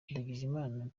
ndagijimana